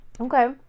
okay